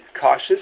cautious